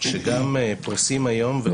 שגם פרוסים היום.